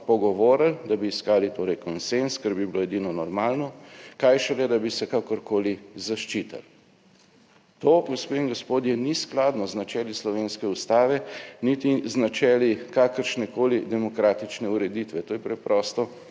pogovorili, da bi iskali torej konsenz, kar bi bilo edino normalno; kaj šele, da bi se kakorkoli zaščitili. To, gospe in gospodje, ni skladno z načeli slovenske Ustave, niti z načeli kakršnekoli demokratične ureditve, to je preprosto